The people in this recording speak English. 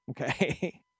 okay